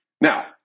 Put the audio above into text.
Now